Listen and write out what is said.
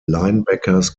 linebackers